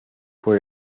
por